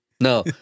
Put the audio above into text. No